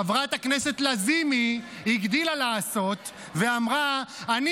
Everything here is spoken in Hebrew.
חברת הכנסת לזימי הגדילה לעשות ואמרה: אני